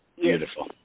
Beautiful